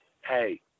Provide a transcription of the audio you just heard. hey